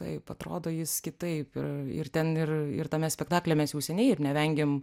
taip atrodo jis kitaip ir ir ten ir ir tame spektaklyje mes jau seniai ir nevengiam